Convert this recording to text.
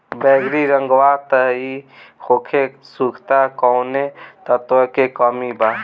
बैगरी रंगवा पतयी होके सुखता कौवने तत्व के कमी बा?